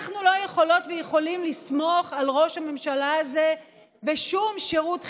אנחנו לא יכולות ויכולים לסמוך על ראש הממשלה הזה בשום שירות חיוני,